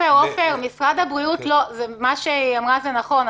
מה שהיא אמרה הוא נכון.